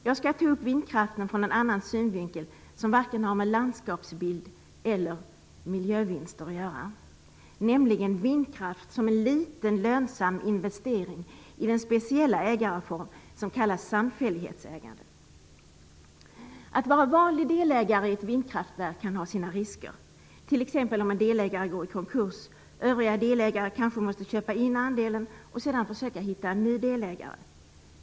Jag skall ta upp vindkraften från en annan synvinkel, som har varken med landskapsbild eller med miljövinster att göra, nämligen vindkraft som en liten lönsam investering i den speciella ägarform som kallas samfällighetsägande. Att vara vanlig delägare i ett vindkraftverk kan ha sina risker, t.ex. om en delägare går i konkurs. Övriga delägare kanske måste köpa in andelen och sedan försöka hitta en ny delägare.